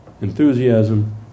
enthusiasm